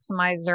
Maximizer